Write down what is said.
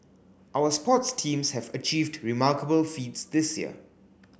our sports teams have achieved remarkable feats this year